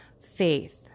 faith